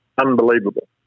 unbelievable